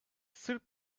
sırp